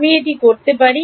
আমি এটা করতে পারি